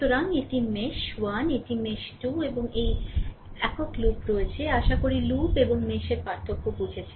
সুতরাং এটি মেশ 1 এটি মেশ 2 এবং এই একক লুপ রয়েছে আশা করি লুপ এবং মেশের পার্থক্য বুঝেছেন